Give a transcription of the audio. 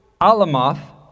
Alamoth